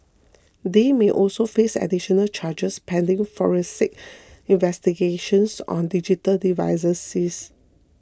they may also face additional charges pending forensic investigations on digital devices seize